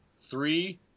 Three